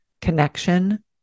connection